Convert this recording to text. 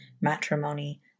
matrimony